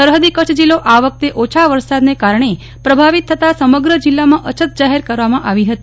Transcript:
સરહદી કચ્છ જીલ્લો આ વખતે ઓછા વરસાદને કારણે પ્રભાવિત થતા સમગ્ર જીલ્લામાં અછત જાહેર કરવામાં આવી હતી